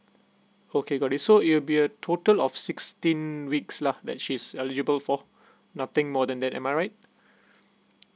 okay got it so it will be a total of sixteen weeks lah that she is eligible for nothing more than that am I right